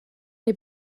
neu